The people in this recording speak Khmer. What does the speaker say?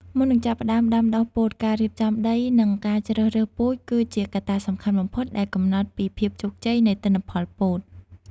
មុននឹងចាប់ផ្តើមដាំដុះពោត ការរៀបចំដី និងការជ្រើសរើសពូជគឺជាកត្តាសំខាន់បំផុតដែលកំណត់ពីភាពជោគជ័យនៃទិន្នផលពោត។